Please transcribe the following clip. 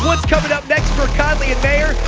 what is coming up next for konley and mayer,